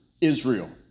Israel